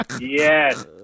Yes